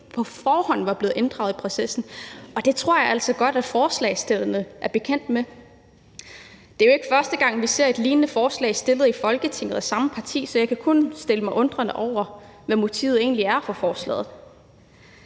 på forhånd var blevet inddraget i processen, og det tror jeg altså godt forslagsstillerne er bekendt med. Vi har jo før set lignende forslag fremsat i Folketinget af samme parti, så jeg kan kun stille mig undrende over for, hvad motivet egentlig er for forslaget.